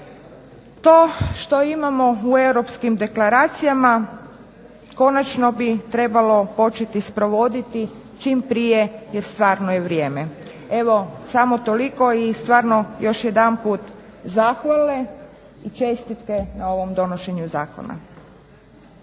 To što imamo u europskim deklaracijama konačno bi trebalo početi sprovoditi čim prije jer stvarno je vrijeme. Evo, samo toliko i stvarno još jedanput zahvale, i čestitke na ovom donošenju zakona.